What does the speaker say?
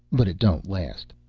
but it don't last.